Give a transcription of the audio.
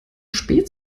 spät